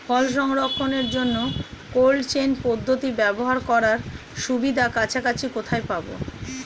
ফল সংরক্ষণের জন্য cold chain পদ্ধতি ব্যবহার করার সুবিধা কাছাকাছি কোথায় পাবো?